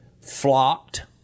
flocked